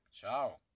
ciao